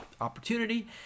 opportunity